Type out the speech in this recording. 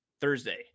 Thursday